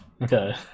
Okay